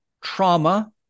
trauma